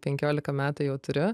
penkiolika metų jau turiu